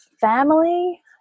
family